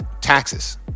Taxes